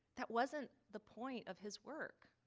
that wasn't the point of his work.